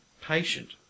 Patient